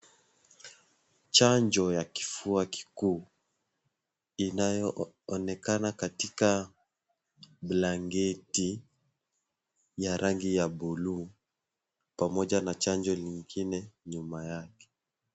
Chanjo ya kifua kikuu inayoonekana katika blanketi ya rangi ya buluu pamoja na chanjo lingine nyuma yake.